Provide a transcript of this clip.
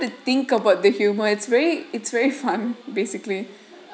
to think about the humor it's very it's very fun basically